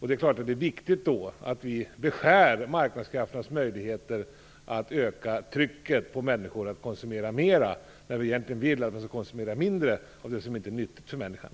Det är viktigt att vi beskär marknadskrafternas möjligheter att öka trycket på människor att konsumera mer, när vi vill att de skall konsumera mindre av det som inte är nyttigt för människan.